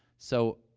so,